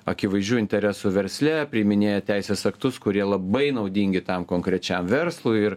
akivaizdžių interesų versle priiminėja teisės aktus kurie labai naudingi tam konkrečiam verslui ir